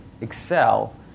excel